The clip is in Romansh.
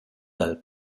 dal